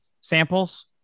samples